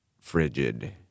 frigid